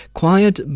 quiet